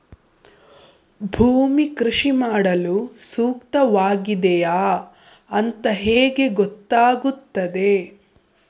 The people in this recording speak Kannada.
ಭೂಮಿ ಕೃಷಿ ಮಾಡಲು ಸೂಕ್ತವಾಗಿದೆಯಾ ಅಂತ ಹೇಗೆ ಗೊತ್ತಾಗುತ್ತದೆ?